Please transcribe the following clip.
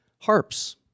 harps